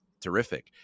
terrific